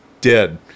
dead